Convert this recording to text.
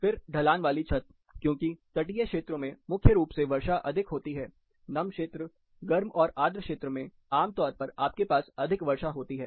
फिर ढलान वाली छत क्योंकि तटीय क्षेत्रों में मुख्य रूप से वर्षा अधिक होती है नम क्षेत्र गर्म और आर्द्र क्षेत्र में आमतौर पर आपके पास अधिक वर्षा होती है